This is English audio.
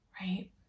Right